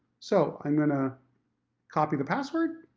so, i'm going to copy the password.